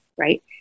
Right